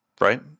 right